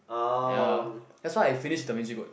ya that's why I finish Da Vinci Code